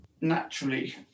naturally